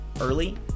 early